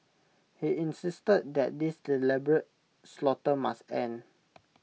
he insisted that this deliberate slaughter must end